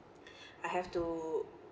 I have to